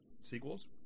sequels